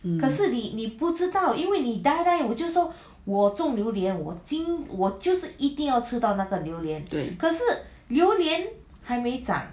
对